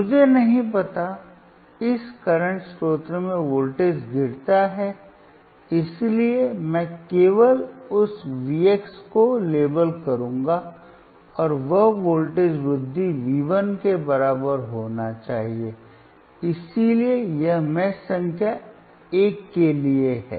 मुझे नहीं पता इस करंट स्रोत में वोल्टेज गिरता है इसलिए मैं केवल उस Vx को लेबल करूंगा और वह वोल्टेज वृद्धि V1 के बराबर होना चाहिए इसलिए यह मेष संख्या 1 के लिए है